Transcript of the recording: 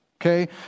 Okay